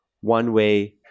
one-way